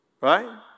Right